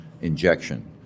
injection